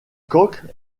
coque